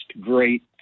great